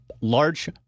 large